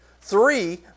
Three